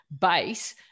base